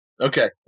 Okay